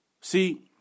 See